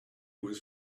was